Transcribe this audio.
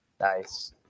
Nice